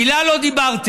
מילה לא דיברתם.